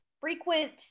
frequent